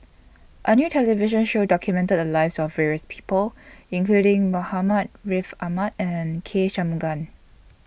A New television Show documented The Lives of various People including Muhammad Ariff Ahmad and K Shanmugam